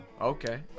Okay